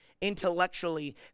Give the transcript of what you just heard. intellectually